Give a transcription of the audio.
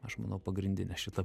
aš manau pagrindinė šita